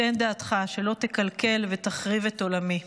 תן דעתך שלא תקלקל ותחריב את עולמי."